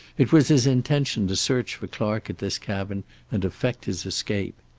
it was his intention to search for clark at this cabin and effect his escape.